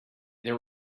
there